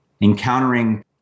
encountering